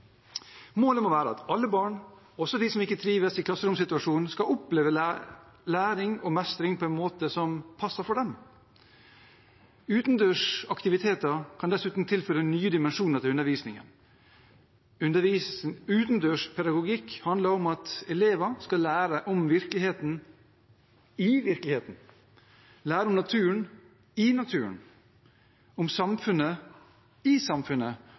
Målet må være at alle barn, også de som ikke trives i klasseromsituasjonen, skal oppleve læring og mestring på en måte som passer for dem. Utendørsaktiviteter kan dessuten tilføre nye dimensjoner til undervisningen. Utendørspedagogikk handler om at elever skal lære om virkeligheten i virkeligheten, om naturen i naturen, om samfunnet i samfunnet,